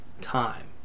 time